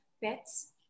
pets